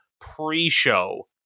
pre-show